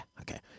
okay